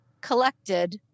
collected